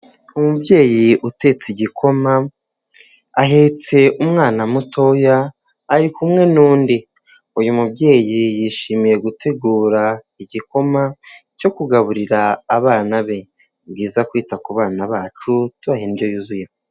Umubyeyi utetse igikoma ahetse umwana mutoya ari kumwe n'undi; uyu mubyeyi yishimiye gutegura igikoma cyo kugaburira abana be. NI byiza kwita ku bana bacu tubaha indyo yuzuye.